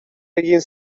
alguien